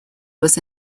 was